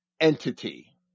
entity